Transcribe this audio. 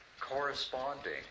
corresponding